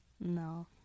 No